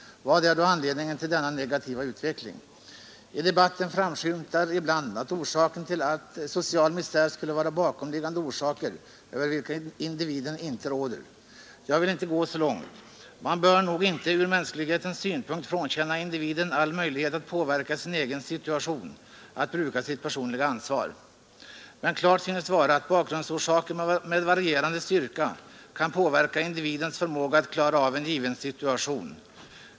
Vad är då anledningen till denna negativa utveckling? I debatten framskymtar ibland att social misär beror på bakomliggande orsaker över vilka individen inte råder. Jag vill inte gå så långt. Man bör nog från mänsklighetens synpunkt inte frånkänna individen all möjlighet att påverka sin egen situation, att bruka sitt personliga ansvar. Men klart synes vara att bakgrundsorsaker med varierande styrka kan påverka individens förmåga att klara av en given situation.